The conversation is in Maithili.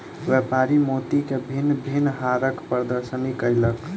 व्यापारी मोती के भिन्न भिन्न हारक प्रदर्शनी कयलक